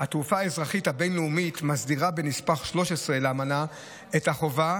התעופה האזרחית הבין-לאומית מסדירה בנספח 13 לאמנה את החובה